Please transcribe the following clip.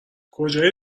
کجای